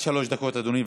עד שלוש דקות, אדוני.